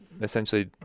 essentially